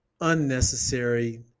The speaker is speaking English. unnecessary